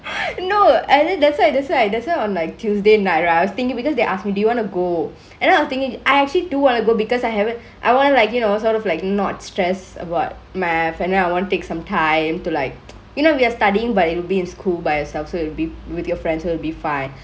no that's why that's why that's why that's why on tuesday night right I was thinkingk because they ask me do you want to go and then I was thinkingk I actually do want to go because I haven't I want to like you know sort of like not stress about math and then I want take some time to like you know we are studyingk but it'll be in school by yourself so it'll be with your friends so it will be fun